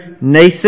Nathan